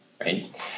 right